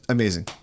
amazing